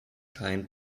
kein